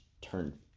turn